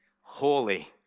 holy